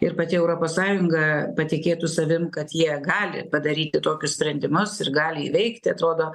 ir pati europos sąjunga patikėtų savim kad jie gali padaryti tokius sprendimus ir gali įveikti atrodo